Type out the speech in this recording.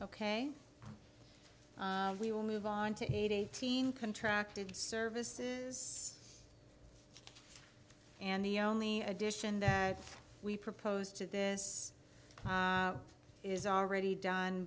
ok we will move on to eighteen contracted services and the only addition that we proposed to this is already done